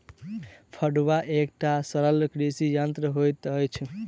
फड़ुआ एकटा सरल कृषि यंत्र होइत अछि